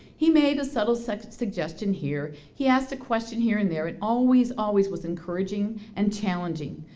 he made a subtle subtle suggestion here, he asked a question here and there. it always, always was encouraging and challenging.